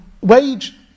wage